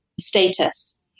status